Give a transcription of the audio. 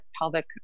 pelvic